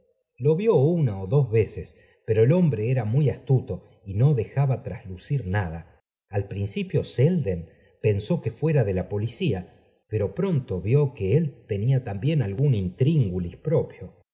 lo víó una ó dos veces pero el hombre era muy astuto y no dejaba traslucir nada al principio selden pensó que fuera de la policía pero pronto vió que él tení también algún intríngulis p